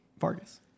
Vargas